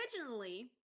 originally